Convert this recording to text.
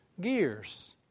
gears